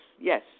yes